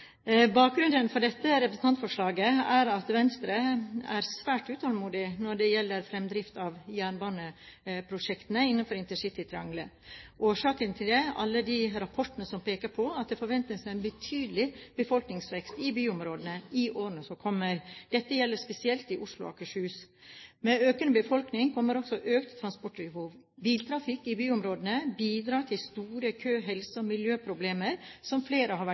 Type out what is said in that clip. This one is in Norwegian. Bakgrunnen for dette representantforslaget er at Venstre er svært utålmodig når det gjelder fremdrift av jernbaneprosjektene innenfor intercitytriangelet. Årsaken til det er alle de rapportene som peker på at det forventes en betydelig befolkningsvekst i byområdene i årene som kommer. Dette gjelder spesielt i Oslo og Akershus. Med økende befolkning kommer også økt transportbehov. Biltrafikk i byområdene bidrar til store kø-, helse- og miljøproblemer, som flere har vært